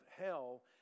hell